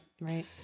Right